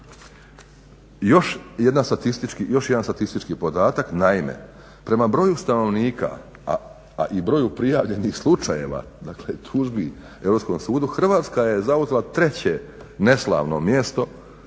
Još jedan statistički podatak, naime prema broju stanovnika, a prema broju prijavljenih slučajeva dakle tužbi Europskom sudu, Hrvatska je zauzela 3.neslavno mjesto,